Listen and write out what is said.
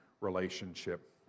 relationship